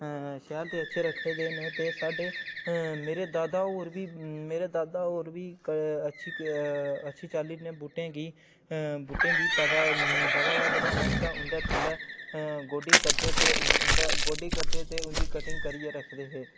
शैल ते अच्छे रक्खे दे न ते साढ़े मेरे दादा होर बी मेरे दादा होर बी इक अच्छी अच्छी चाल्ली ने बूह्टें गी बूह्टें गी पता पैदावार बधाने आस्तै उं'दे थल्लै गोड्डी करदे ते उं'दा गोड्डी करदे ते उं'दी कटिंग करियै रखदे हे